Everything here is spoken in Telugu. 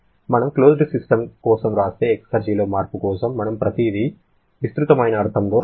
మనం క్లోజ్డ్ సిస్టమ్ కోసం వ్రాస్తే ఎక్సర్జీలో మార్పు కోసం మనం ప్రతిదీ విస్తృతమైన అర్థంలో వ్రాస్తాము